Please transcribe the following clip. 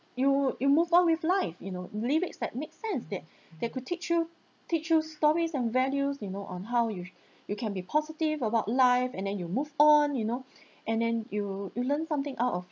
you you move on with life with you know lyrics that make sense that that could teach you teach you stories and values you know on how you you can be positive about life and then you move on you know and then you you learn something out of